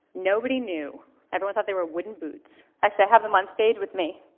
nobody knew everyone thought they were wooden boots. actually, i have them on stage with me